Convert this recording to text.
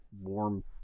warm